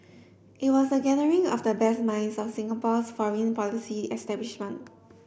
it was a gathering of the best minds of Singapore's foreign policy establishment